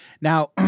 Now